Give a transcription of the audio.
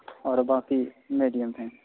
اور باقی میڈیم ہے